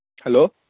hello